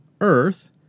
earth